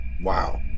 Wow